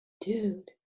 dude